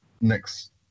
next